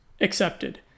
accepted